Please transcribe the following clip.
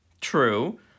true